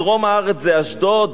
דרום הארץ זה אשדוד,